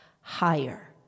higher